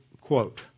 quote